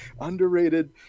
underrated